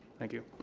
thank you.